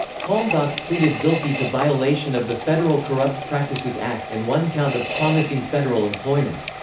kalmbach pleaded guilty to violation of the federal corrupt practices act and one count of promising federal employment.